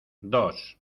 dos